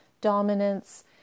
dominance